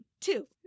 Two